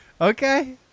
Okay